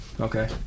Okay